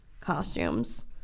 costumes